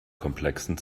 komplexen